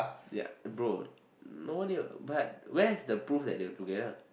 ya bro no one here but where is the proof that they were together